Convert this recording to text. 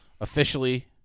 officially